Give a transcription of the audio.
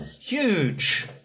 huge